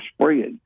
spread